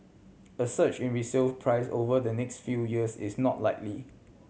a surge in resale price over the next few years is not likely